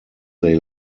they